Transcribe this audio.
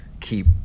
keep